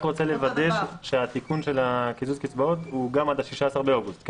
אני רק רוצה לוודא שהתיקון של קיזוז הקצבאות הוא גם עד ה-16 באוגוסט.